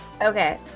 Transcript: Okay